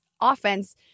offense